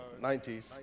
90s